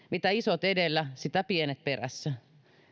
mitä isot edellä sitä pienet perässä